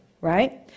right